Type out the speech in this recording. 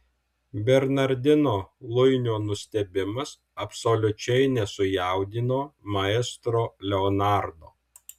bernardino luinio nustebimas absoliučiai nesujaudino maestro leonardo